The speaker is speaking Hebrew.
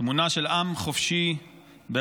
תמונה של עם חופשי בארצנו.